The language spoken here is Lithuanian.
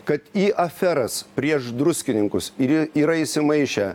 kad į aferas prieš druskininkus ir yra įsimaišę